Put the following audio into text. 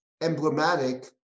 emblematic